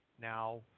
Now